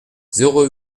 zéro